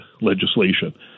legislation